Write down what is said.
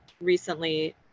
recently